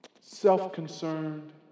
self-concerned